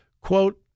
Quote